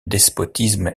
despotisme